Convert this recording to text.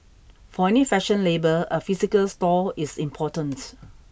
for any fashion label a physical store is important